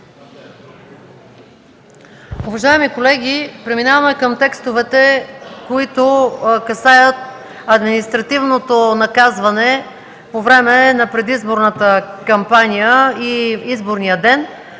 Уважаеми колеги, преминаваме към текстовете, които касаят административното наказване по време на предизборната кампания и изборния ден.